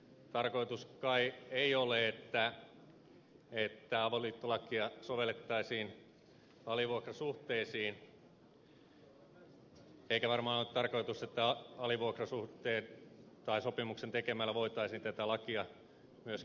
tarkoitus kai ei ole että avoliittolakia sovellettaisiin alivuokrasuhteisiin eikä varmaan ole tarkoitus että alivuokrasopimuksen tekemällä voitaisiin tätä lakia myöskään kiertää